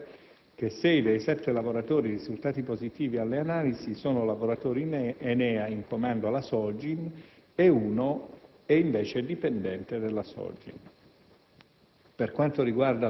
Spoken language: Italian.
Si fa presente, inoltre, che sei dei sette lavoratori risultati positivi alle analisi sono lavoratori ENEA in comando alla SOGIN ed uno è invece dipendente SOGIN.